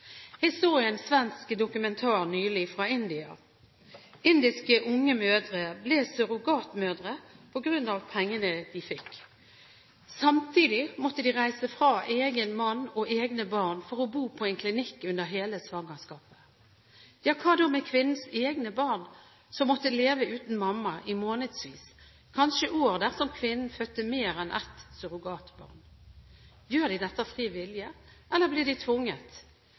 en svensk dokumentar nylig, fra India. Indiske unge mødre ble surrogatmødre på grunn av pengene de fikk. Samtidig måtte de reise fra egen mann og egne barn for å bo på en klinikk under hele svangerskapet. Hva da med kvinnens egne barn som måtte leve uten mamma i månedsvis, kanskje år dersom kvinnen fødte mer enn ett surrogatbarn? Gjør de dette frivillig, eller blir de tvunget?